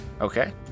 Okay